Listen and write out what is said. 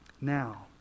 Now